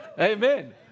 Amen